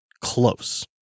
close